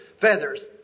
feathers